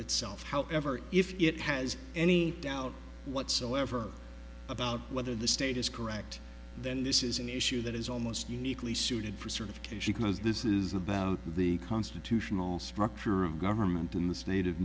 itself however if it has any doubt whatsoever about whether the state is correct then this is an issue that is almost uniquely suited for sort of case because this is about the constitutional structure of government in the state of